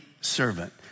servant